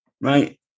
right